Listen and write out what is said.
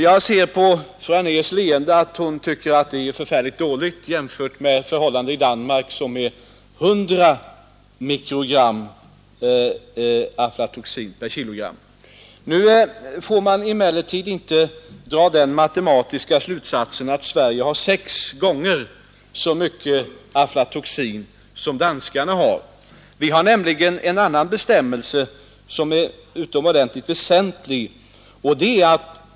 Jag ser på fru Anérs leende att hon tycker att det är förfärligt dåligt jämfört med den tillåtna mängden i Danmark, som är 100 mikrogram aflatoxin per kilogram. Nu får man emellertid inte dra den matematiska slutsatsen att vi godtar sex gånger så mycket aflatoxin som danskarna. Vi har nämligen en annan bestämmelse som är utomordentligt väsentlig.